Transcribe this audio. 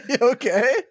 okay